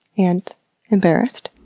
and embarrassed.